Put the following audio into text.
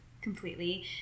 completely